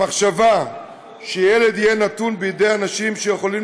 המחשבה שילד יהיה נתון בידי אנשים שיכולים